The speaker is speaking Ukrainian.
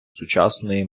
сучасної